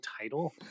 title